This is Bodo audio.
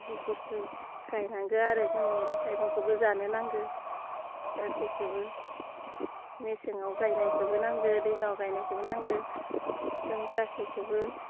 बिफोरखौ गायनांगौ आरो जों मैगं थाइगंखौबो जानो नांगो गासैखौबो मेसेंआव गायनायखौबो नांगौ दैलाङाव गायनायखौबो नांगौ जों गासैखौबो